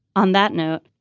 on that note,